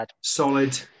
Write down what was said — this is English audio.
solid